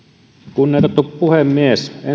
kunnioitettu puhemies